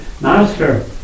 Master